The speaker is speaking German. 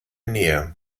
nähe